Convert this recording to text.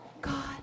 God